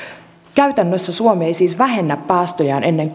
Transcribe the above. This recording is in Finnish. käytännössä suomi ei siis vähennä päästöjään ennen